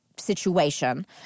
Situation